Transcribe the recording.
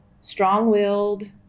strong-willed